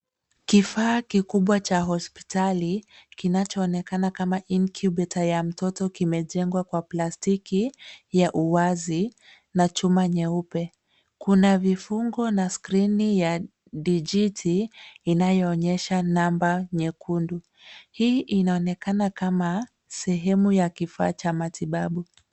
Kifaa kikubwa cha hospitali kinachoonekana kama incubator (cs) ya mtoto kimejengwa kwa plastiki ya uwazi na chuma nyeupe, kuna vifungo na skirini ya digiti inayoonyesha namba nyekundu. Hii inaonekana kama sehemu ya kifaa cha matibabu.